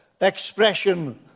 expression